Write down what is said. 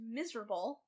miserable